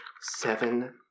Seven